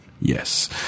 yes